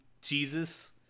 Jesus